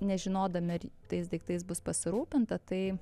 nežinodami ar tais daiktais bus pasirūpinta tai